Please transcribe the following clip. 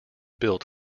built